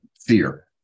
fear